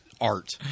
art